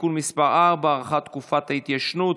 (תיקון מס' 4) (הארכת תקופת ההתיישנות),